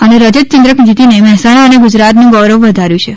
અને રજત ચંદ્રક જીતીને મહેસાણા અને ગુજરાતનું ગૌરવ વધાયુઁ છે